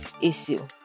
issue